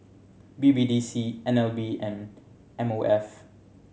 B B D C N L B and M O F